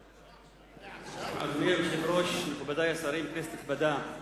אדוני היושב-ראש, מכובדי השרים, כנסת נכבדה,